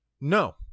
no